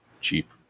Cheap